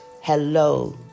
Hello